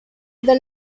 the